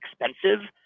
expensive